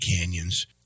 canyons